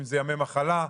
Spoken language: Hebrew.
אם זה ימי מחלה,